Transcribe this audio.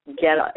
get